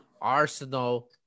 Arsenal